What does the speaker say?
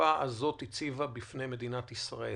שהמגפה הזאת הציבה בפני מדינת ישראל,